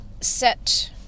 set